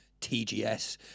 TGS